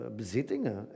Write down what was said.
bezittingen